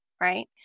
right